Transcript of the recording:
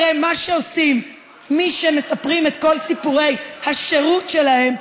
הרי מה שעושים מי שמספרים את כל סיפורי השירות שלהם,